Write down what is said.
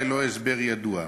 ללא הסבר ידוע.